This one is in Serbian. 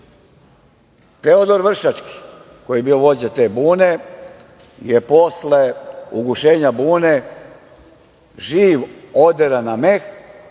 svecem. Teodor Vršački koji je bio vođa te bune je posle ugušenja bune živ oderan na meh